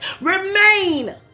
Remain